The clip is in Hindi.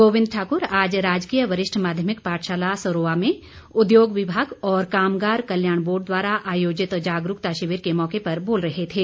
गोविंद ठाक्र आज राजकीय वरिष्ठ माध्यमिक पाठशाला सरोआ में उद्योग विभाग और कामगार कल्याण बोर्ड द्वारा आयोजित जागरूकता शिविर के मौके पर बोल रहे थे